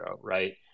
right